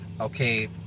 okay